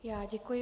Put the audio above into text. Já děkuji.